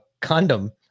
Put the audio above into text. condom